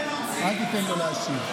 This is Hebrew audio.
אל תיתן לו להשיב.